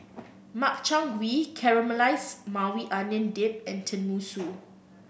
Makchang Gui Caramelized Maui Onion Dip and Tenmusu